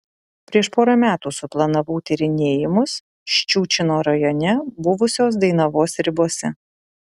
prieš porą metų suplanavau tyrinėjimus ščiučino rajone buvusios dainavos ribose